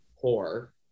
poor